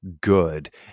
good